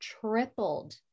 tripled